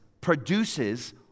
produces